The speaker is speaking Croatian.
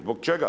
Zbog čega?